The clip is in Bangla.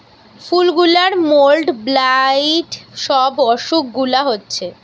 ফুল গুলার মোল্ড, ব্লাইট সব অসুখ গুলা হচ্ছে